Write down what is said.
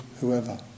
whoever